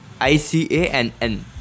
ICANN